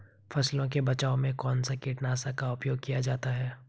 फसलों के बचाव में कौनसा कीटनाशक का उपयोग किया जाता है?